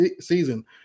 season